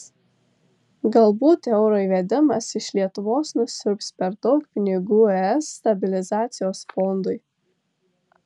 galbūt euro įvedimas iš lietuvos nusiurbs per daug pinigų es stabilizacijos fondui